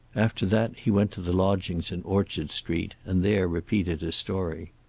after that he went to the lodgings in orchard street, and there repeated his story.